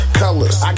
colors